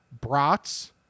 brats